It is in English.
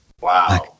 Wow